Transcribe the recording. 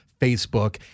Facebook